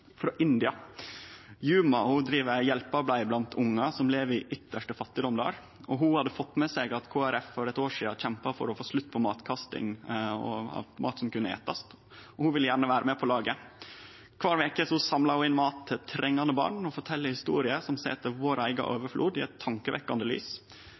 frå India. Ho driv hjelpearbeid blant ungar som lever i ytste fattigdom der. Ho hadde fått med seg at Kristeleg Folkeparti for eit år sidan kjempa for å få slutt på matkasting, mat som kunne etast. Ho ville gjerne vere med på laget. Kvar veke samlar ho inn mat til trengande barn og fortel ei historie som set vår eiga